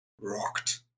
rocked